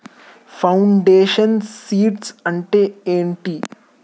Foundation seeds అంటే ఏంటి?